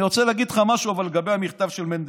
אבל אני רוצה להגיד לך משהו לגבי המכתב של מנדלבליט.